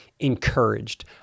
Encouraged